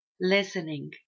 listening